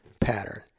pattern